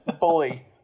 bully